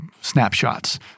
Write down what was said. snapshots